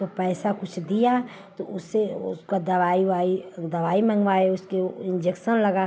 तो पैसा कुछ दिया तो उससे उसकी दवाई उवाई दवाई मँगवाई उसको इन्जेक्शन लगा